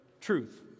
Truth